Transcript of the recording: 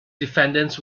defendants